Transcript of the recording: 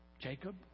Jacob